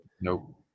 Nope